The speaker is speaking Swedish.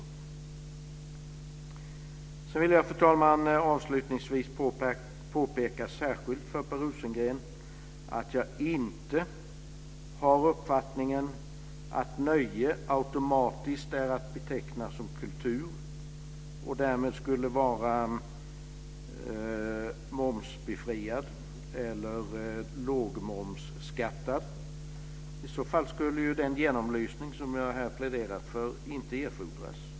Avslutningsvis, fru talman, vill jag särskilt påpeka för Per Rosengren att jag inte har uppfattningen att nöje automatiskt är att beteckna som kultur och därmed skulle vara momsbefriat, eller lågmomsskattat. I så fall skulle ju den genomlysning som jag här pläderat för inte erfordras.